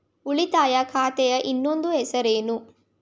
ಉಳಿತಾಯ ಖಾತೆಯ ಇನ್ನೊಂದು ಹೆಸರೇನು?